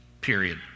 Period